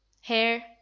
Hair